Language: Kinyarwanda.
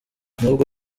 n’ubwo